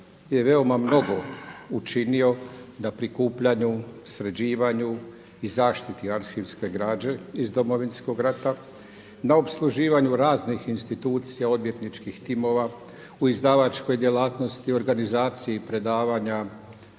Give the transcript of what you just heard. je veoma mnogo učinio na prikupljanju, sređivanju i zaštiti arhivske građe iz Domovinskog rata na opsluživanju raznih institucija odvjetničkih timova, u izdavačkoj djelatnosti, organizaciji predavanja,